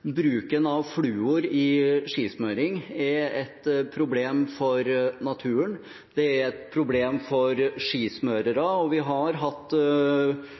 Bruken av fluor i skismurning er et problem for naturen, og det er et problem for skismørere. Vi har hatt